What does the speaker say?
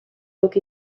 ook